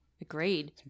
Agreed